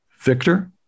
Victor